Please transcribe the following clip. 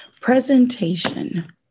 Presentation